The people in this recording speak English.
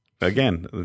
again